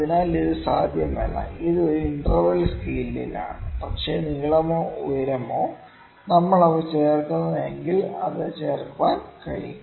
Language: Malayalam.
അതിനാൽ ഇത് സാധ്യമല്ല അത് ഒരു ഇന്റർവെൽ സ്കെയിലിലാണ് പക്ഷേ നീളമോ ഉയരമോ നമ്മൾ അവ ചേർക്കുന്നത് എങ്കിൽ ചേർക്കാൻ കഴിയും